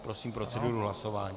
Prosím proceduru hlasování.